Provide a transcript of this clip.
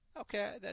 Okay